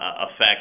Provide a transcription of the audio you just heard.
effect